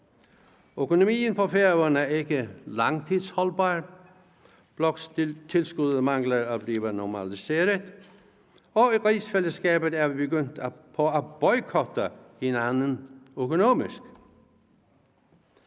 Økonomien på Færøerne er ikke langtidsholdbar, bloktilskuddet mangler at blive normaliseret, og i rigsfællesskabet er vi begyndt på at boykotte hinanden økonomisk.